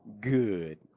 good